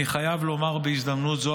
אני חייב לומר בהזדמנות זו,